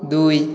ଦୁଇ